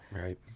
Right